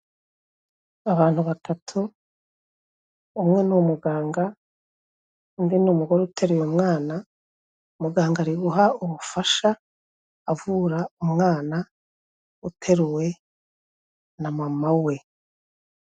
Abantu batatu umwe ni umuganga undi ni umugore uteraye umwana, muganga ari guha ubufasha avura umwana uteruwe na mama we.